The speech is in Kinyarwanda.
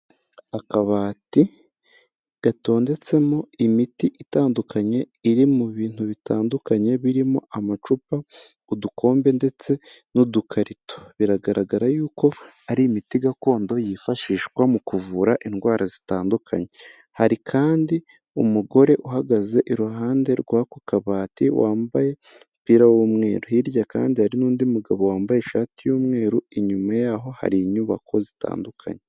Akabati gatondetsemo imiti itandukanye, iri mu bintu bitandukanye, birimo amacupa, udukombe ndetse n'udukarito, biragaragara yuko ari imiti gakondo yifashishwa mu kuvura indwara zitandukanye, hari kandi umugore uhagaze iruhande rw'ako kabati wambaye umupira w'umweru, hirya kandi hari n'undi mugabo wambaye ishati y'umweru, inyuma yaho hari inyubako zitandukanye.